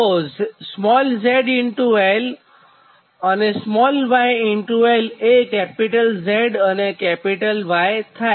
તો z ly l એ 𝛾l એટલે કે ZY થાય